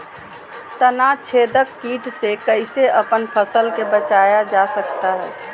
तनाछेदक किट से कैसे अपन फसल के बचाया जा सकता हैं?